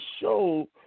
show